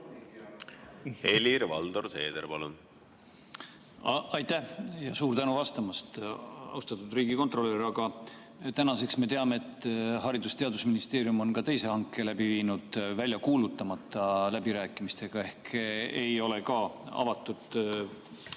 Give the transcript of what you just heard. Helir-Valdor Seeder, palun! Aitäh! Suur tänu vastamast, austatud riigikontrolör! Tänaseks me teame, et Haridus‑ ja Teadusministeerium on ka teise hanke läbi viinud välja kuulutamata läbirääkimistega ehk ei ole ka avatud